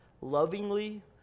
Lovingly